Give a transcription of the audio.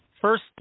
first